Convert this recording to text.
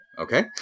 Okay